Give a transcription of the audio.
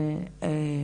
אלון,